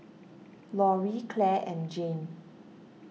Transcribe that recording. Loree Claire and Jeanne